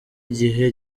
igihe